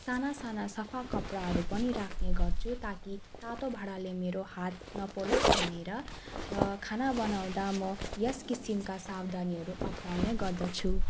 साना साना सफा कपडाहरू पनि राख्ने गर्छु ताकि तातो भाँडाले मेरो हात नपोलोस् भनेर र खाना बनाउँदा म यस किसिमका सावधानीहरू अप्नाउने गर्दछु